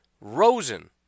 Rosen